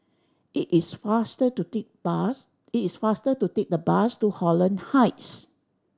it is faster to take bus it is faster to take the bus to Holland Heights